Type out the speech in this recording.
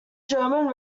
german